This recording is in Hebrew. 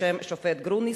השופט גרוניס.